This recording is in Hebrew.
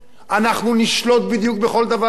אנחנו נשלוט בדיוק בכל דבר,